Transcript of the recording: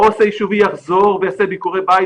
העו"ס היישובי יחזור ויעשה ביקורי בית